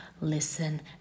Listen